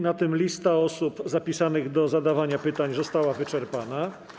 Na tym lista osób zapisanych do zadawania pytań została wyczerpana.